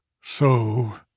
So